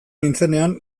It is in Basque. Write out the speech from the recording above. nintzenean